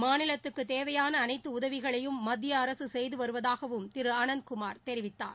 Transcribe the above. மாநிலத்துக்கு தேவையான அனைத்து உதவிகளையும் மத்திய அரசு செய்து வருவதாகவும் திரு அனந்த்குமார் தெரிவித்தார்